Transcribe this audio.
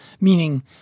meaning